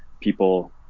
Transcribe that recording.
people